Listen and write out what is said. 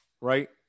right